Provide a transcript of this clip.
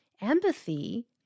Empathy